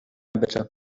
bitte